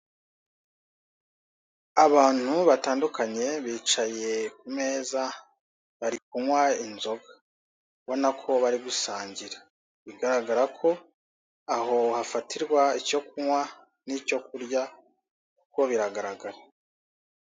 Abantu batandukanye bicaye ku meza bari kunywa inzoga, ubona ko bari gusangira, bigaragara ko aho hafatirwa icyo kunywa n'icyo kurya kuko biragaragara.